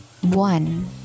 one